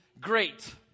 great